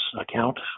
account